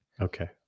okay